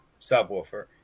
subwoofer